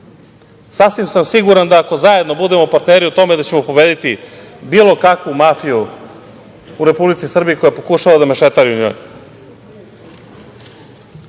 sam siguran da ako zajedno budemo partneri u tome da ćemo pobediti bilo kakvu mafiju u Republici Srbiji koja pokušava da mešetari u njoj. Šta